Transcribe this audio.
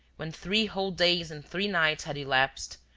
when three whole days and three nights had elapsed,